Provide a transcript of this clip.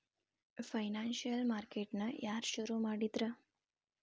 Financial market ನ ಯಾರ್ ಶುರುಮಾಡಿದ್ರು?